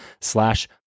slash